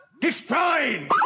Destroy